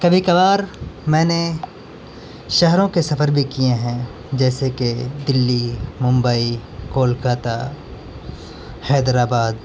کبھی کبھار میں نے شہروں کے سفر بھی کئے ہیں جیسے کہ دلی ممبئی کولکاتہ حیدر آباد